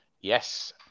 Yes